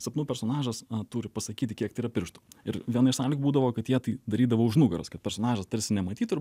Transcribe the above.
sapnų personažas turi pasakyti kiek tai yra pirštų ir viena iš sąlygų būdavo kad jie tai darydavo už nugaros kad personažas tarsi nematytų ir